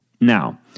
Now